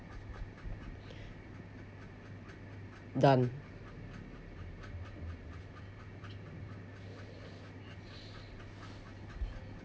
done